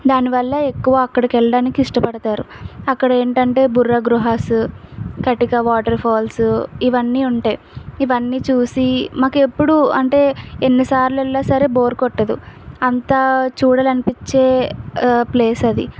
దానివల్ల ఎక్కువ అక్కడికెళ్ళడానికి ఇష్టపడతారు అక్కడ ఏంటంటే బుర్ర గుహాసు కటిక వాటర్ ఫాల్స్ ఇవన్నీ ఉంటాయి ఇవన్నీ చూసి మాకు ఎప్పుడు అంటే ఎన్నిసార్లెళ్ళినాసరే బోర్ కొట్టదు అంత చూడాలనిపించే ప్లేస్ అది